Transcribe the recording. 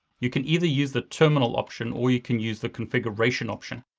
you can either use the terminal option, or you can use the configuration option.